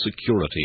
security